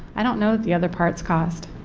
i do not know what the other parts cost.